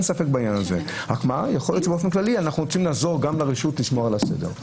יכול להיות שבאופן כללי אנחנו רוצים לעזור לרשות לשמור על הסדר,